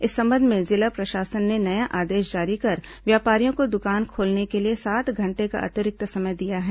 इस संबंध में जिला प्रशासन ने नया आदेश जारी कर व्यापारियों को दुकान खोलने के लिए सात घंटे का अतिरिक्त समय दिया है